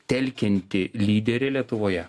telkianti lyderė lietuvoje